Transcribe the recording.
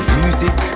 music